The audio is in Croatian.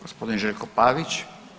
Gospodin Željko Pavić.